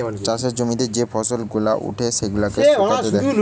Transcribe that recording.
চাষের জমিতে যে ফসল গুলা উঠে সেগুলাকে শুকাতে দেয়